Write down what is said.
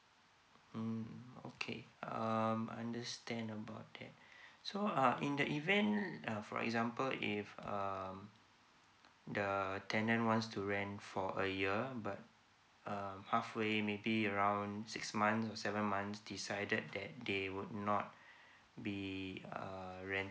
mm okay um understand about that so uh in the event uh for example if um the tenant wants to rent for a year but uh halfway maybe around sixth month to seventh months decided that they would not be uh renting